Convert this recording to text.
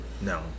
No